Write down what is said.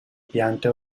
piante